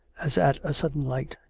as at a sudden light.